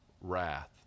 wrath